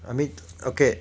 I mean okay